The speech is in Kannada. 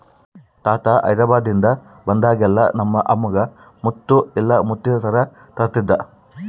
ತಾತ ಹೈದೆರಾಬಾದ್ನಿಂದ ಬಂದಾಗೆಲ್ಲ ನಮ್ಮ ಅಮ್ಮಗ ಮುತ್ತು ಇಲ್ಲ ಮುತ್ತಿನ ಸರ ತರುತ್ತಿದ್ದ